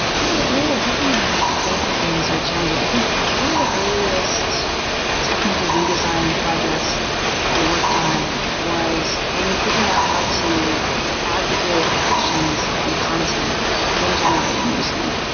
yeah, there are definitely a lot of things that are challenging. i think one of the earliest technical redes ign projects i worked on was when we figured out how to aggregate actions and content when generating newsfeed.